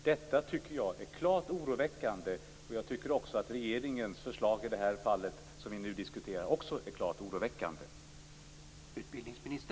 Detta tycker jag är klart oroväckande, och jag tycker också att regeringens förslag i det här fallet är klart oroväckande.